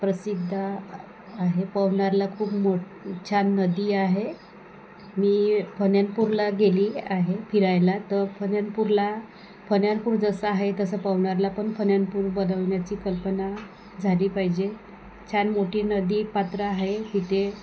प्रसिद्ध आ आहे पवनारला खूप मो छान नदी आहे मी फन ॲन पूरला गेली आहे फिरायला तर फन ॲन पूरला फन ॲन पूर जसं आहे तसं पवनारला पण फन ॲन पूर बनवण्याची कल्पना झाली पाहिजे छान मोठी नदी पात्र आहे तिथे